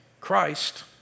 Christ